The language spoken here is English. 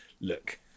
look